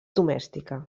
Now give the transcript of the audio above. domèstica